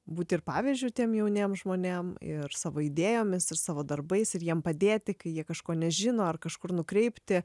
būti pavyzdžiu tiem jauniem žmonėm ir savo idėjomis ir savo darbais ir jiem padėti kai jie kažko nežino ar kažkur nukreipti